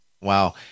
Wow